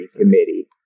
committee